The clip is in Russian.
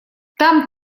там